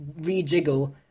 rejiggle